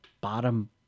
bottom